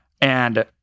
And-